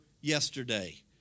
yesterday